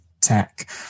tech